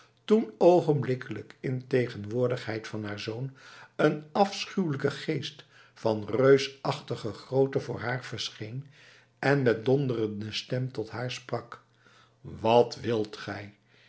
toen oogenblikkelijk in tegenwoordigheid van haar zoon een afschuwelijke geest van reusachtige grootte voor haar verscheen en met donderende stem tot haar sprak wat wilt gij